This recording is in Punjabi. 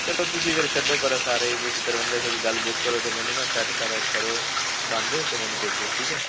ਚਲੋ ਤੁਸੀਂ ਫਿਰ ਛੱਡੋ ਪਰਾਂ ਸਾਰੇ ਤੁਸੀਂ ਤਰਵੰਜਾ ਸੌ ਦੀ ਗੱਲ ਬੁੱਕ ਕਰੋ ਅਤੇ ਮੈਨੂੰ ਨਾ ਸੈਟ ਸਲੈਕਟ ਕਰੋ ਬੰਦ ਅਤੇ ਮੈਨੂੰ ਭੇਜੋ ਠੀਕ ਹੈ